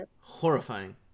horrifying